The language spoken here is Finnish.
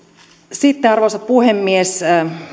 arvoisa puhemies